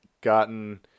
gotten